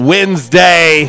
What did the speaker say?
Wednesday